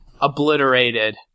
obliterated